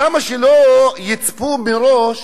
למה שלא יצפו מראש,